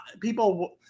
people